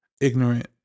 ignorant